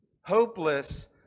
hopeless